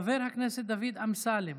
חבר הכנסת דוד אמסלם.